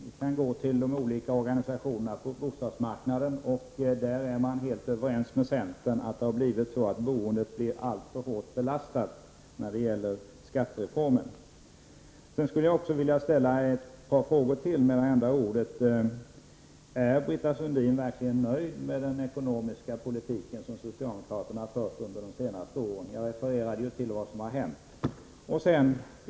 Vi kan gå till de olika organisationerna på bostadsmarknaden. Där är alla helt överens med centern om att boendet blir alltför hårt belastat till följd av skattereformen. Sedan skulle jag vilja ställa ett par frågor: Är Britta Sundin verkligen nöjd med den ekonomiska politik som socialdemokraterna har fört under de senaste åren? Jag refererar till vad som har hänt.